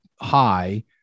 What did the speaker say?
high